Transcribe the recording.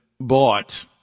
bought